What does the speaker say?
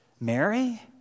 Mary